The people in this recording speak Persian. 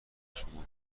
شما